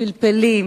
פלפלים,